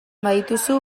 badituzu